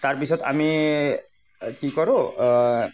তাৰপিছত আমি কি কৰোঁ